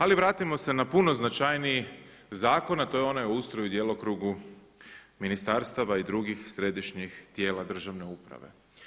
Ali vratimo se na puno značajniji zakon a to je onaj o ustroju i djelokrugu ministarstava i drugih središnjih tijela državne uprave.